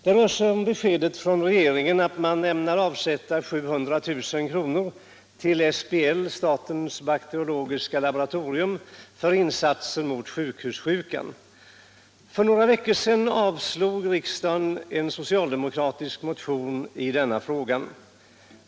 Det rör sig om beskedet från regeringen att den ämnar avsätta 700 000 kr. till SBL, statens bakteriologiska laboratorium, för insatser mot sjukhussjukan. För några veckor sedan avslog riksdagen en socialdemokratisk motion i denna fråga.